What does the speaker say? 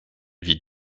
vie